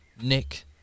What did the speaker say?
Nick